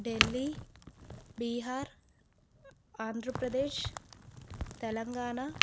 Delhi Bihar Andhra Pradesh Telangana